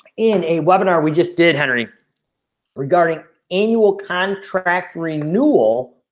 in a webinar we just did henry regarding annual contract renewal